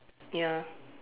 ya